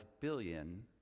billion